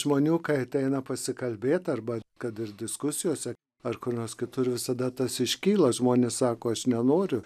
žmonių kai ateina pasikalbėt arba kad ir diskusijose ar kur nors kitur visada tas iškyla žmonės sako aš nenoriu